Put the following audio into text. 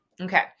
Okay